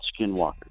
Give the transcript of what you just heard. Skinwalker